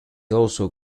also